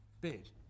bid